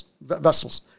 vessels